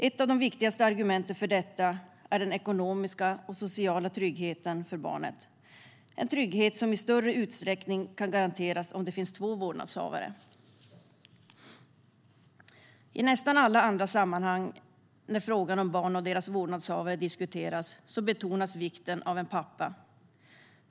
Ett av de viktigaste argumenten för detta är den ekonomiska och sociala tryggheten för barnet. Det är en trygghet som i större utsträckning kan garanteras om det finns två vårdnadshavare. I nästan alla andra sammanhang när frågan om barn och deras vårdnadshavare diskuteras betonas vikten av en pappa.